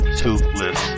toothless